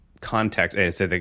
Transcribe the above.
context